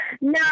No